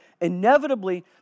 Inevitably